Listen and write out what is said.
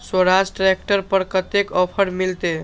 Swaraj tractor पर कतेक offer मिलते?